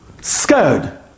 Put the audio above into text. Scared